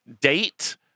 date